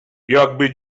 jakby